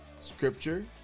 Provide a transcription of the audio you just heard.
scripture